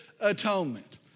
atonement